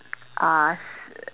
uh s~